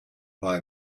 buy